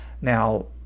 Now